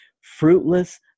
Fruitless